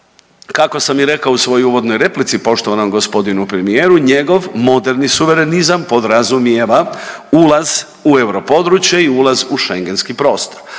kako sam i rekao u svojoj uvodnoj replici poštovanom g. premijeru njegov moderni suverenizam podrazumijeva ulaz u europodručje i ulaz u schengenski prostor.